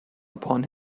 upon